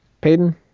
Payton